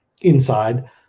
inside